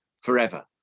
forever